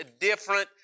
different